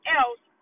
else